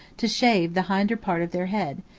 to shave the hinder part of their head,